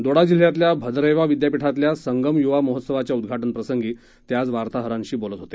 दोडा जिल्ह्यातल्य भदरेवा विद्यापीठातल्या संगम युवा महोत्सवाच्या उद्घाटनाप्रसंगी ते आज वार्ताहरांशी बोलत होते